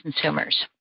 consumers